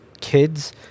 Kids